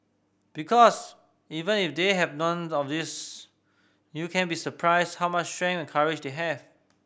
because even if they have none of those you can be surprised how much strength and courage they have